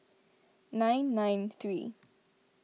nine nine three